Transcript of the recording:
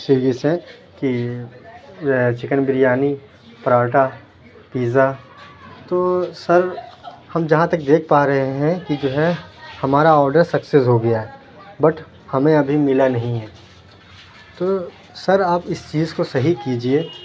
Swiggy سے کہ chicken biryani paratha pizza تو سر ہم جہاں تک دیکھ پا رہے ہیں کہ جو ہے ہمارا آڈر سکسیس ہوگیا بٹ ہمیں ابھی ملا نہیں ہے تو سر آپ اِس چیز کو صحیح کیجیے